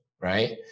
right